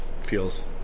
feels